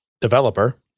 developer